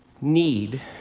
need